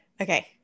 Okay